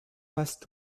passent